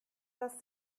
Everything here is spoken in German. das